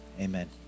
amen